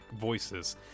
voices